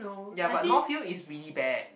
ya but north-hill is really bad